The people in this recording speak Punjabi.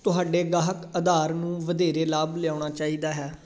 ਤੁਹਾਡੇ ਗਾਹਕ ਅਧਾਰ ਨੂੰ ਵਧੇਰੇ ਲਾਭ ਲਿਆਉਣਾ ਚਾਹੀਦਾ ਹੈ